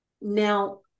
Now